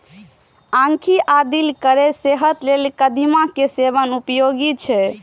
आंखि आ दिल केर सेहत लेल कदीमा के सेवन उपयोगी छै